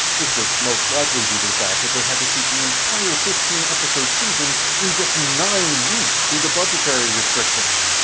this was most likely due to the fact they had to shoot the entire fifteen episode season in just nine weeks due to budgetary restrictions.